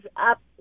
up